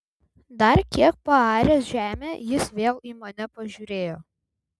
dar kiek paaręs žemę jis vėl į mane pažiūrėjo